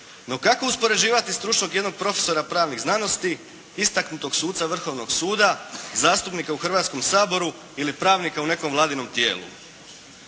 No kako uspoređivati stručnog jednog profesora pravnih znanosti, istaknutog suca Vrhovnog suda, zastupnika u Hrvatskom saboru, ili pravnika u nekom Vladinom tijelu?